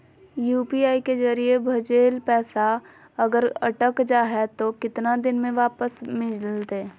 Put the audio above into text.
UPI के जरिए भजेल पैसा अगर अटक जा है तो कितना दिन में वापस मिलते?